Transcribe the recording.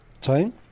time